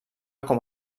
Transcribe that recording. com